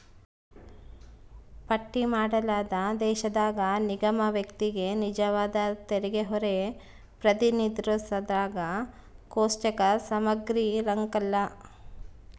ಪಟ್ಟಿ ಮಾಡಲಾದ ದೇಶದಾಗ ನಿಗಮ ವ್ಯಕ್ತಿಗೆ ನಿಜವಾದ ತೆರಿಗೆಹೊರೆ ಪ್ರತಿನಿಧಿಸೋದ್ರಾಗ ಕೋಷ್ಟಕ ಸಮಗ್ರಿರಂಕಲ್ಲ